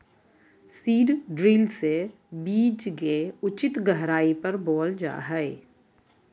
seed drill से बीज के उचित गहराई पर बोअल जा हइ